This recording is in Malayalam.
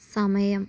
സമയം